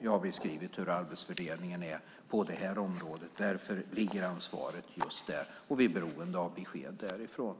Jag har beskrivit hur arbetsfördelningen är på området. Därför ligger ansvaret just där, och vi är beroende av besked därifrån.